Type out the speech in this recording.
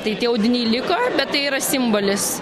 tai tie audiniai liko bet tai yra simbolis